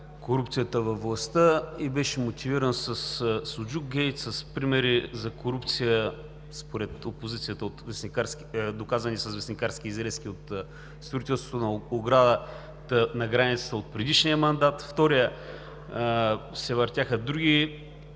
корупцията във властта и беше мотивиран със „Суджукгейт“, с примери за корупция според опозицията, доказани с вестникарски изрезки от строителството на оградата на границата от предишния мандат. За втория се въртяха други